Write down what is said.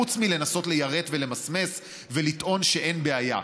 חוץ מלנסות ליירט ולמסמס לטעון שיש בעיה.